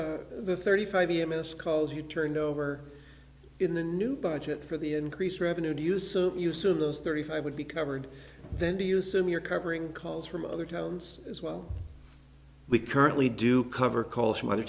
just the thirty five year miscalls you turned over in the new budget for the increased revenue to use use of those thirty five would be covered then do you assume you're covering calls from other towns as well we currently do cover calls from other